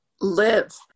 live